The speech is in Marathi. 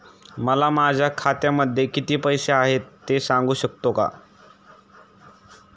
मला माझ्या खात्यामध्ये किती पैसे आहेत ते सांगू शकता का?